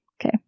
Okay